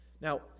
Now